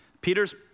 Peter's